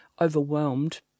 overwhelmed